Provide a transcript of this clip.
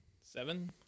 Seven